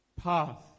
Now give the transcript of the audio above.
path